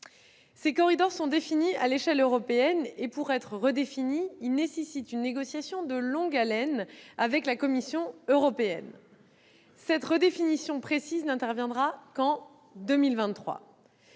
tels corridors sont définis à l'échelle européenne. Pour être redéfinis, ils doivent faire l'objet d'une négociation de longue haleine avec la Commission européenne. Une redéfinition précise n'interviendra qu'en 2023.